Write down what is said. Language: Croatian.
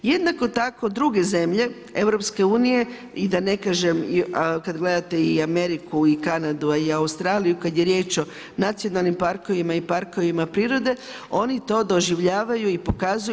Jednako tako druge zemlje EU i da ne kažem kad gledate i Ameriku i Kanadu, a i Australiju kad je riječ o nacionalnim parkovima i parkovima prirode oni to doživljavaju i pokazuju.